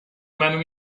منو